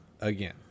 again